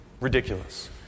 ridiculous